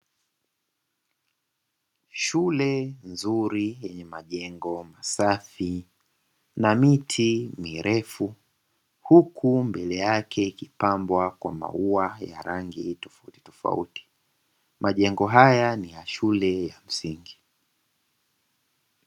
Shule nzuri yenye majengo masafi, na miti mirefu, huku mbele yake ikipambwa kwa maua ya rangi tofauti. Majengo haya ni ya shule ya msingi.